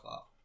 off